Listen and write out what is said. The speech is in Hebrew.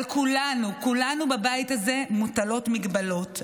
על כולנו, על כולנו בבית הזה מוטלות הגבלות.